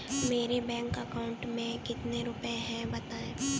मेरे bank account में कितने रुपए हैं बताएँ?